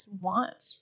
want